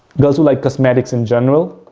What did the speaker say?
girls who like cosmetics in general,